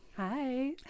Hi